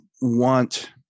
want